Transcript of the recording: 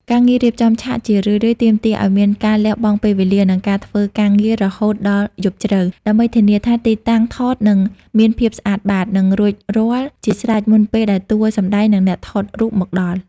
ការងាររៀបចំឆាកជារឿយៗទាមទារឱ្យមានការលះបង់ពេលវេលា និងការធ្វើការងាររហូតដល់យប់ជ្រៅ ដើម្បីធានាថាទីតាំងថតនឹងមានភាពស្អាតបាត និងរួចរាល់ជាស្រេចមុនពេលដែលតួសម្ដែង និងអ្នកថតរូបមកដល់។